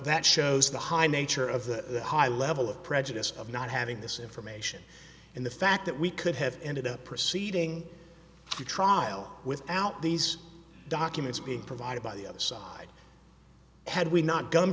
that shows the high nature of the high level of prejudice of not having this information in the fact that we could have ended up proceeding a trial without these documents being provided by the other side had we not gum